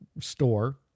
store